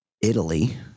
Italy